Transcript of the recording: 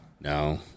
No